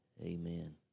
Amen